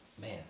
Man